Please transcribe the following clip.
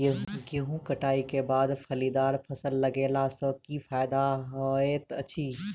गेंहूँ कटाई केँ बाद फलीदार फसल लगेला सँ की फायदा हएत अछि?